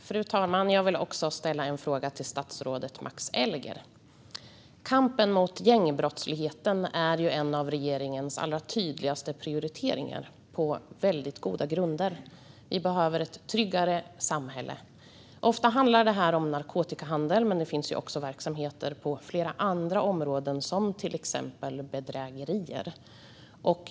Fru talman! Även jag vill ställa en fråga till statsrådet Max Elger. Kampen mot gängbrottsligheten är en av regeringens allra tydligaste prioriteringar, på väldigt goda grunder. Vi behöver ett tryggare samhälle. Ofta handlar det här om narkotikahandel, men det finns också verksamheter på flera andra områden, till exempel bedrägerier.